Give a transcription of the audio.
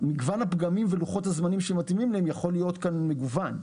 מגוון הפגמים ולוחות הזמנים שמתאימים להם יכול להיות מגוון.